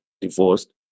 divorced